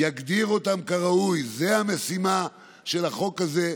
יגדיר אותם כראוי, זו המשימה בחוק הזה,